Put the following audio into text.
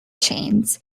chains